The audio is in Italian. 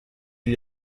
gli